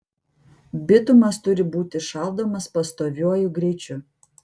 bitumas turi būti šaldomas pastoviuoju greičiu